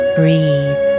breathe